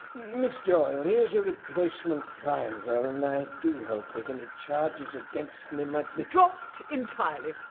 ms doyle, here's a replacement fiver, and i do hope that any charges against me might be dropped entirely.